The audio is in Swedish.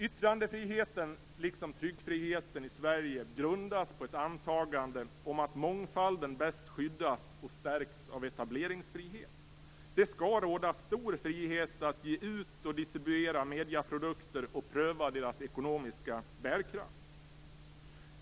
Yttrandefriheten, liksom tryckfriheten i Sverige, grundas på ett antagande om att mångfalden bäst skyddas och stärks av etableringsfrihet. Det skall råda stor frihet att ge ut och distribuera medieprodukter och pröva deras ekonomiska bärkraft.